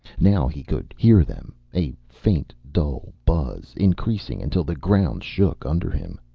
now he could hear them, a faint dull buzz, increasing until the ground shook under him.